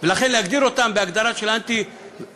ולכן להגדיר אותם בהגדרה של אנטי-דמוקרטיים,